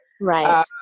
Right